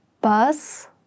bus